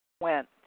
went